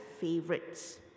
favorites